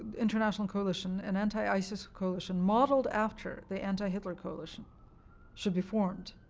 international coalition, an anti-isis coalition modeled after the anti-hitler coalition should be formed.